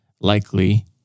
likely